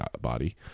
body